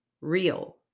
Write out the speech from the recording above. real